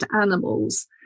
animals